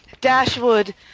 Dashwood